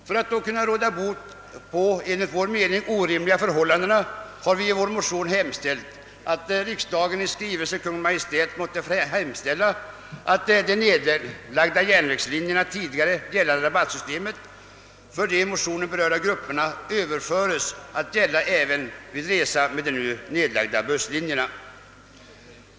För att råda bot på dessa enligt vår mening orimliga förhållanden har vi motionärer begärt att riksdagen i skrivelse till Kungl. Maj:t måtte hemställa att det rabattsystem, som på de nedlagda järnvägslinjerna tillämpats för de i motionen berörda grupperna, överföres att gälla även vid resa med de nu upprättade busslinjerna.